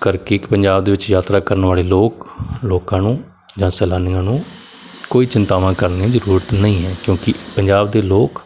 ਕਰਕੇ ਇੱਕ ਪੰਜਾਬ ਦੇ ਵਿੱਚ ਯਾਤਰਾ ਕਰਨ ਵਾਲੇ ਲੋਕ ਲੋਕਾਂ ਨੂੰ ਜਾਂ ਸੈਲਾਨੀਆਂ ਨੂੰ ਕੋਈ ਚਿੰਤਾਵਾਂ ਕਰਨੀ ਦੀ ਜ਼ਰੂਰਤ ਨਹੀਂ ਹੈ ਕਿਉਂਕਿ ਇੱਕ ਪੰਜਾਬ ਦੇ ਲੋਕ